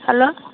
hello